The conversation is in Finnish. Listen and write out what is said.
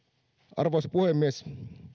arvoisa puhemies